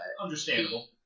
understandable